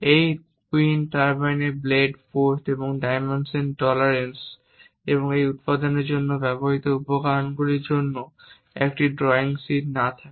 এই উইন্ড টারবাইনের blade post এবং ডাইমেনশন টলারেন্স এবং উত্পাদনের জন্য ব্যবহৃত উপকরণগুলির জন্য একটি ড্রয়িং শীট না থাকে